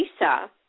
Lisa